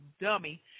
Dummy